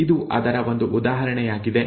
ಇದು ಅದರ ಒಂದು ಉದಾಹರಣೆಯಾಗಿದೆ